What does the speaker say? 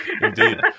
Indeed